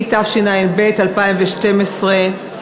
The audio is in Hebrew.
התשע"ב 2012,